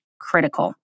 critical